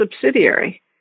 subsidiary